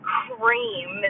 cream